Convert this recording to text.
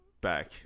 Back